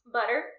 Butter